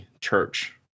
church